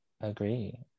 agree